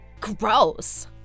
Gross